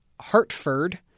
Hartford